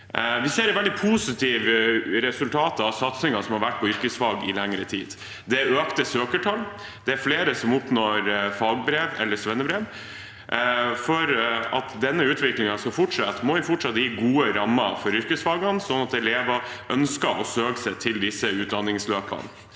Vi ser veldig positive resultater av satsingen som har vært på yrkesfag i lengre tid. Det er økte søkertall. Det er flere som oppnår fagbrev eller svennebrev. For at denne utviklingen skal fortsette, må vi fortsatt gi gode rammer for yrkesfagene, sånn at elever ønsker å søke seg til disse utdanningsløpene.